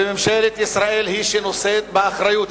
וממשלת ישראל היא שנושאת באחריות,